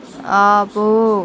ఆపు